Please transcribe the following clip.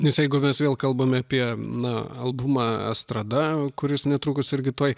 nes jeigu mes vėl kalbame apie na albumą estrada kuris netrukus irgi tuoj